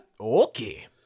Okay